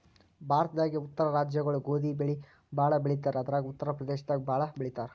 ಭಾರತದಾಗೇ ಉತ್ತರ ರಾಜ್ಯಗೊಳು ಗೋಧಿ ಬೆಳಿ ಭಾಳ್ ಬೆಳಿತಾರ್ ಅದ್ರಾಗ ಉತ್ತರ್ ಪ್ರದೇಶದಾಗ್ ಭಾಳ್ ಬೆಳಿತಾರ್